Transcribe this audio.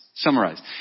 Summarize